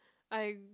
I